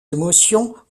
émotions